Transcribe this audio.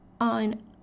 on